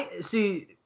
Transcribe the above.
See